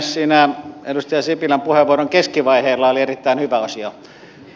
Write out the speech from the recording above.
siinä edustaja sipilän puheenvuoron keskivaiheilla oli erittäin hyvä asia